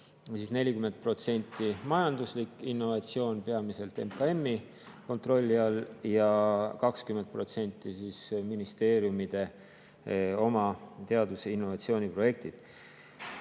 40% majanduslik innovatsioon peamiselt MKM‑i kontrolli all ja 20% on ministeeriumide oma teadus‑ ja innovatsiooniprojektid.